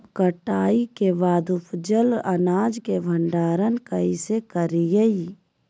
कटाई के बाद उपजल अनाज के भंडारण कइसे करियई?